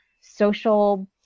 social